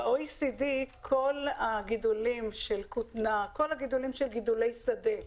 ב-OECD כל הגידולים שהם גידולי שדה,